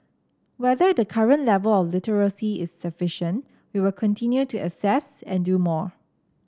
whether the current level of literacy is sufficient we will continue to assess and do more